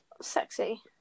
sexy